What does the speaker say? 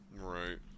Right